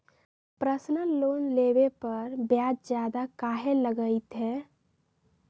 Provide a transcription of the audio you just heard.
Personal loan लेबे पर ब्याज ज्यादा काहे लागईत है?